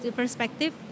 perspective